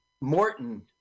Morton